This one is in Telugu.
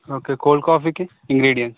ఓకే కోల్డ్ కాఫీకి ఇంగ్రిడియెంట్